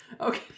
Okay